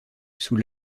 sous